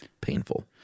painful